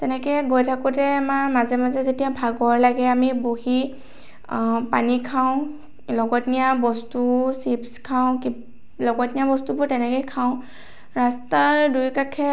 তেনেকৈ গৈ থাকোঁতে আমাৰ মাজে মাজে যেতিয়া ভাগৰ লাগে আমি বহি পানী খাওঁ লগত নিয়া বস্তু চিপছ্ খাওঁ লগত নিয়া বস্তুবোৰ তেনেকৈয়ে খাওঁ ৰাস্তাৰ দুয়োকাষে